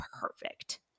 perfect